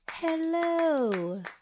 hello